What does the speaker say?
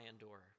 endure